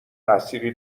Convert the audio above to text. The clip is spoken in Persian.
تاثیری